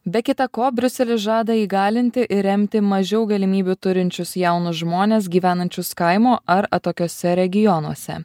be kita ko briuselis žada įgalinti ir remti mažiau galimybių turinčius jaunus žmones gyvenančius kaimo ar atokiuose regionuose